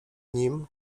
nim